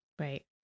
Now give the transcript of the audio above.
Right